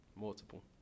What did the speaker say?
multiple